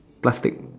plastic